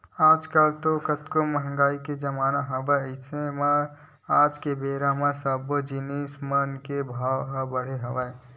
आज कल तो मंहगाई के जमाना हवय अइसे म आज के बेरा म सब्बो जिनिस मन के भाव बड़हे हवय